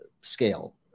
scale